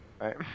Right